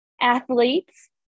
athletes